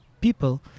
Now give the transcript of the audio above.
people